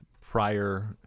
prior